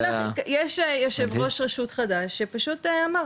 יש יו"ר רשות חדש שפשוט אמר,